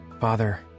father